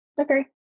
Okay